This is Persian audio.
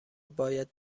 باید